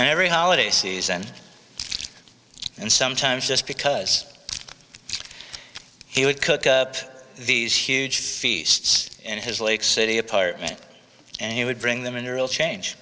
and every holiday season and sometimes just because he would cook up these huge feasts in his lake city apartment and he would bring them into real change